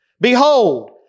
Behold